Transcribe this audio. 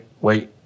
wait